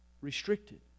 restricted